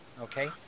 Okay